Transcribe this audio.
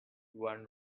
wine